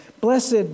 Blessed